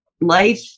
life